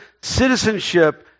citizenship